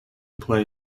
play